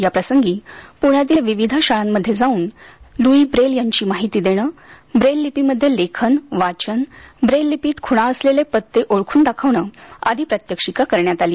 याप्रसंगी पुण्यातील विविध शाळांमध्ये जाऊन लुई ब्रेल यांची माहिती देणं ब्रेल लिपीमध्ये लेखन वाचन ब्रेल लिपीत खूणा असलेले पत्ते ओळखून दाखवणं आदि प्रात्यक्षिकं करण्यात आली